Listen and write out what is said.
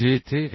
जेथे AE